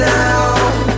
now